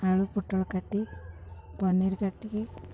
ଆଳୁ ପୋଟଳ କାଟି ପନିର୍ କାଟିକି